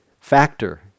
factor